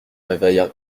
réveilla